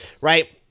right